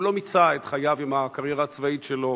הוא לא מיצה את חייו עם הקריירה הצבאית שלו.